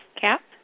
cap